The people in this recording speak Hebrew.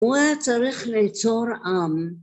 הוא היה צריך ליצור עם.